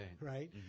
right